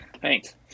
Thanks